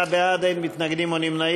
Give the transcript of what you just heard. חברי הכנסת, 57 בעד, אין מתנגדים או נמנעים.